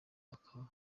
akaba